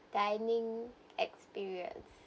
dining experience